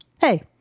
hey